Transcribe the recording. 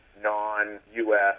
non-U.S